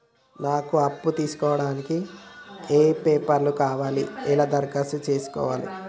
నాకు అప్పు తీసుకోవడానికి ఏ పేపర్లు కావాలి ఎలా దరఖాస్తు చేసుకోవాలి?